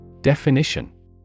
Definition